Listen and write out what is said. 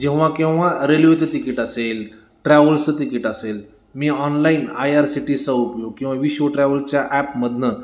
जेव्हा केव्हा रेल्वेचं तिकीट असेल ट्रॅव्हल्सचं तिकीट असेल मी online I R C T चा उपयोग किंवा विशो ट्रॅव्हलसच्या ॲपमधनं